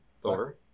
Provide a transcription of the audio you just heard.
Thor